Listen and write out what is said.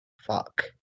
fuck